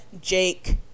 Jake